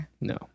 No